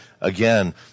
again